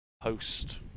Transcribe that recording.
post